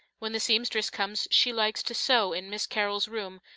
when the seamstress comes, she likes to sew in miss carol's room,